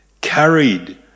carried